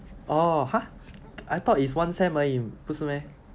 oh !huh! I thought is one sem 而已不是 meh